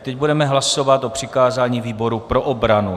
Teď budeme hlasovat o přikázání výboru pro obranu.